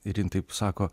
ir jin taip sako